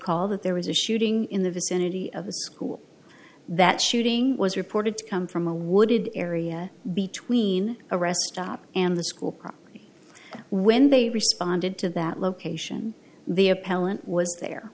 call that there was a shooting in the vicinity of a school that shooting was reported to come from a wooded area between a rest stop and the school property when they responded to that